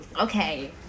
Okay